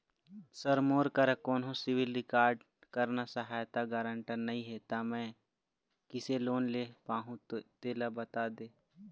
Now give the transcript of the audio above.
sir मोर करा कोन्हो सिविल रिकॉर्ड करना सहायता गारंटर नई हे ता मे किसे लोन ले पाहुं तेला बता दे